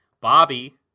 Bobby